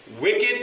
wicked